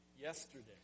yesterday